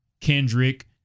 Kendrick